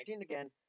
again